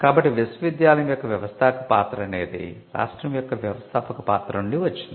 కాబట్టి విశ్వవిద్యాలయం యొక్క వ్యవస్థాపక పాత్ర అనేది రాష్ట్రం యొక్క వ్యవస్థాపక పాత్ర నుండి వచ్చింది